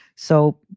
so,